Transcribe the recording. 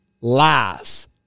lies